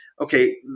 okay